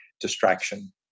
distraction